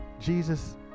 Jesus